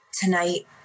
Tonight